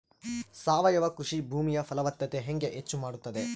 ಸಾವಯವ ಕೃಷಿ ಭೂಮಿಯ ಫಲವತ್ತತೆ ಹೆಂಗೆ ಹೆಚ್ಚು ಮಾಡುತ್ತದೆ?